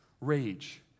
rage